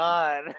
God